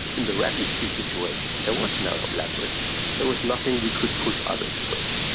in the refugee situation there was no leverage, there was nothing we could push others with.